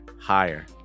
Higher